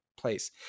place